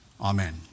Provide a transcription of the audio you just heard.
Amen